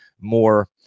more